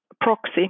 proxy